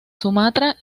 sumatra